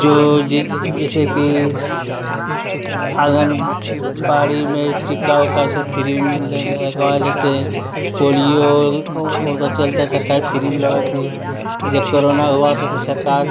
जो जैसे कि आँगन बाड़ी में टीका उका सब फिरी में लग लगवा लेते हैं पोलिओ ओ ओ तो चलता सरकार फिरी में लगती है जैसे करोना हुआ तो तो सरकार